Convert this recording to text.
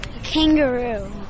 kangaroo